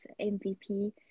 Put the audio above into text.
MVP